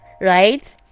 right